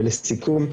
ולסיכום,